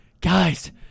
guys